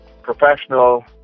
professional